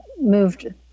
moved